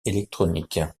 électronique